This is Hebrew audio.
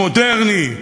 המודרני,